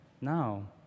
now